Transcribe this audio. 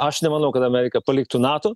aš nemanau kad amerika paliktų nato